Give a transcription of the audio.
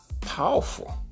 powerful